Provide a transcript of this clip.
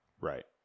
right